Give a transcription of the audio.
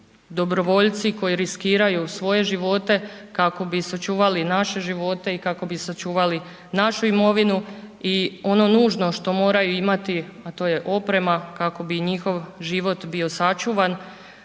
dobrovoljci koji riskiraju svoje živote kako bi sačuvali naše živote i kako bi sačuvali našu imovinu i ono nužno što moraju imati, a to je oprema, kako bi njihov život bio sačuvan,